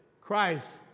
Christ